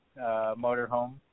motorhome